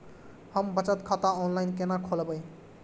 हम बचत खाता ऑनलाइन केना खोलैब?